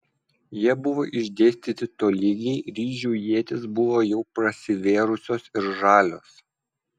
jie buvo išdėstyti tolygiai ryžių ietys buvo jau prasivėrusios ir žalios